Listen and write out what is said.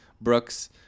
Brooks